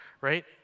right